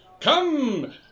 come